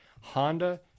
Honda